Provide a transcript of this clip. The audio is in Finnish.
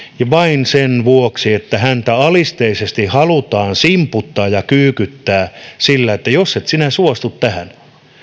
vain sen vuoksi että häntä alisteisesti halutaan simputtaa ja kyykyttää sillä että jos et sinä suostu tähän